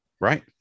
Right